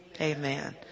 Amen